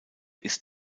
ist